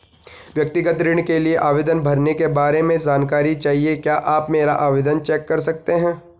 व्यक्तिगत ऋण के लिए आवेदन भरने के बारे में जानकारी चाहिए क्या आप मेरा आवेदन चेक कर सकते हैं?